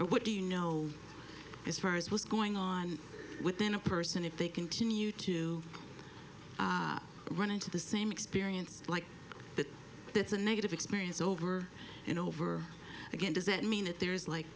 what do you know as far as what's going on within a person if they continue to run into the same experience like it's a negative experience over and over again does that mean that there is like